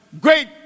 Great